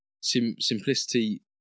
simplicity